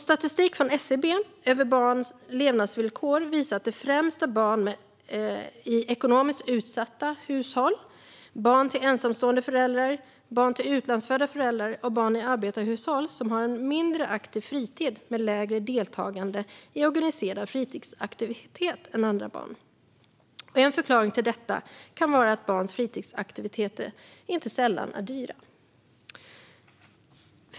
Statistik från SCB över barns levnadsvillkor visar att det främst är barn i ekonomiskt utsatta hushåll, barn till ensamstående föräldrar, barn till utlandsfödda föräldrar och barn i arbetarhushåll som har en mindre aktiv fritid med lägre deltagande i organiserade fritidsaktiviteter än andra barn. En förklaring till detta kan vara att barns fritidsaktiviteter inte sällan är dyra.